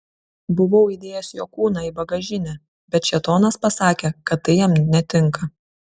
buvau įdėjęs jo kūną į bagažinę bet šėtonas pasakė kad tai jam netinka